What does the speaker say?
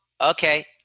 Okay